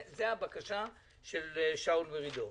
זו הבקשה של שאול מרידור.